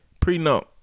Prenup